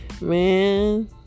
Man